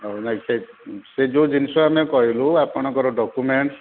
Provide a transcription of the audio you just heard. ହଉ ନାହିଁ ସେ ସେ ଯେଉଁ ଜିନିଷ ଆମେ କହିଲୁ ଆପଣଙ୍କର ଡକ୍ୟୁମେଣ୍ଟ